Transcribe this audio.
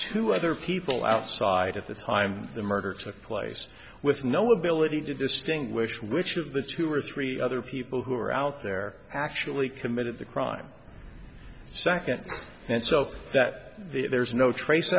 two other people outside at the time the murder took place with no ability to distinguish which of the two or three other people who are out there actually committed the crime second and so that there's no trace